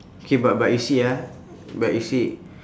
K but but you see ah but you see